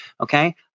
Okay